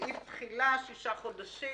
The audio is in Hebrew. וכן סעיף תחילה: שישה חודשים.